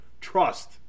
Trust